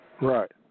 Right